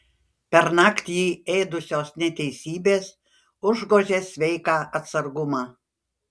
pernakt jį ėdusios neteisybės užgožė sveiką atsargumą